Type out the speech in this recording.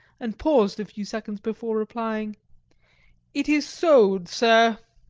and paused a few seconds before replying it is sold, sir.